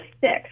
six